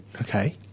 Okay